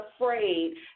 afraid